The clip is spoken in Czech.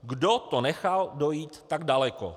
Kdo to nechal dojít tak daleko.